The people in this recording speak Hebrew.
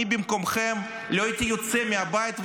אני במקומכם לא הייתי יוצא מהבית,